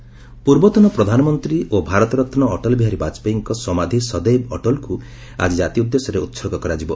ଅଟଳ ସମାଧି ପୂର୍ବତନ ପ୍ରଧାନମନ୍ତ୍ରୀ ଓ ଭାରତରନ୍ ଅଟଳ ବିହାରୀ ବାଜପେୟୀଙ୍କ ସମାଧି ସଦୈବ୍ ଅଟଲକୁ ଆଜି ଜାତି ଉଦ୍ଦେଶ୍ୟରେ ଉତ୍ସର୍ଗ କରାଯିବ